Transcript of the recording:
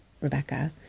Rebecca